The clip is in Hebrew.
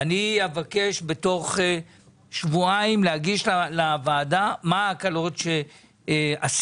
ואני אבקש בתוך שבועיים להגיש לוועדה מה ההקלות שעשיתם,